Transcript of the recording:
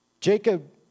Jacob